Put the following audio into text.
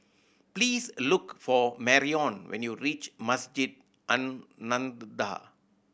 please look for Marion when you reach Masjid An Nahdhah